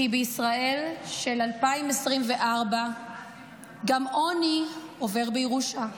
כי בישראל של 2024 גם עוני עובר בירושה.